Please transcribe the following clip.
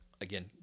Again